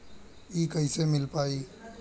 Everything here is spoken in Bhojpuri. इ कईसे मिल पाई?